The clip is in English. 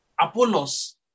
Apollos